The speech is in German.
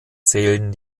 zählen